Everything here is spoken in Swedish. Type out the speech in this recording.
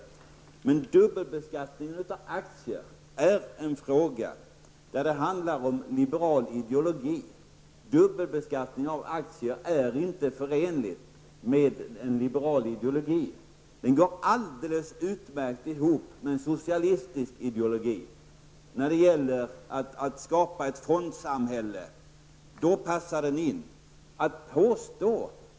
Frågan om dubbelbeskattning av aktier handlar om en liberal ideologi. En dubbelbeskattning av aktier är inte förenligt med den liberale ideologin. Däremot går det utmärkt ihop med en socialistisk ideologi. När det gäller att skapa ett fondsamhälle, passar det med dubbelbeskattning.